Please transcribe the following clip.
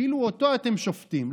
כאילו אותו אתם שופטים.